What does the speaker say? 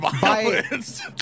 violence